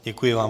Děkuji vám.